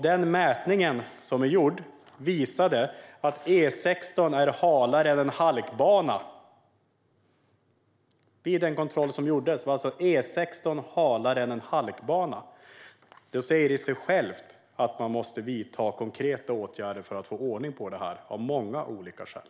Den mätning som gjordes visade att E16 var halare än en halkbana. Vid den kontroll som gjordes var alltså E16 halare än en halkbana! Det säger ju sig självt att man måste vidta konkreta åtgärder för att få ordning på detta - av många olika skäl.